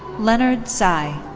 leonard tsai.